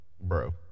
bro